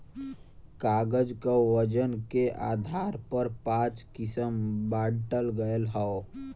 कागज क वजन के आधार पर पाँच किसम बांटल गयल हौ